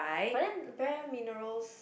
but then Bare Minerals